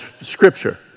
Scripture